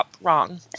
wrong